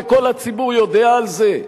וכל הציבור יודע על זה?